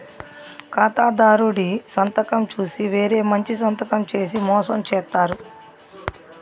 ఖాతాదారుడి సంతకం చూసి వేరే మంచి సంతకం చేసి మోసం చేత్తారు